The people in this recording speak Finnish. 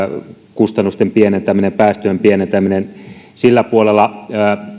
kustannusten pienentäminen päästöjen pienentäminen sillä puolella